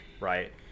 right